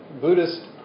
Buddhist